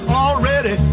already